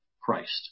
Christ